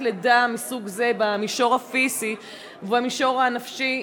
לידה מסוג זה במישור הפיזי ובמישור הנפשי,